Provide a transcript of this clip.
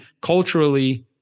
culturally